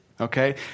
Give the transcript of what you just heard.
Okay